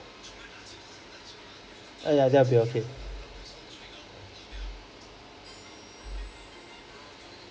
err ya ya that will be okay